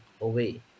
away